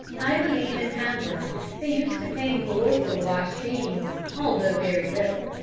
i believe in hamburg they used to pay more for washed beans although very little,